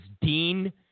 Dean